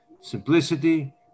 simplicity